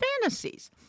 fantasies